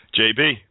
JB